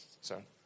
Sorry